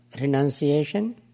renunciation